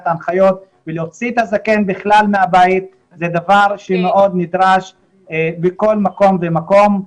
ההנחיות ולהוציא את הזקן בכלל מהבית זה דבר שמאוד נדרש בכל מקום ומקום.